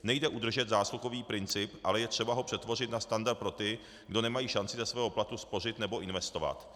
Nejde udržet zásluhový princip, ale je třeba ho přetvořit na standard pro ty, kdo nemají šanci ze svého platu spořit nebo investovat.